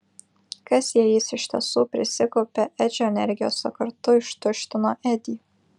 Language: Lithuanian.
kas jei jis iš tiesų prisikaupė edžio energijos o kartu ištuštino edį